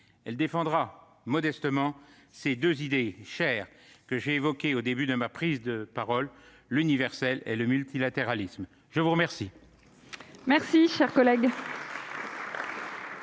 Elle défendra modestement ces deux idées chères que j'ai évoquées au début de ma prise de parole : l'universel et le multilatéralisme. La parole est à M. Éric Gold.